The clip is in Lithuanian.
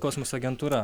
kosmoso agentūra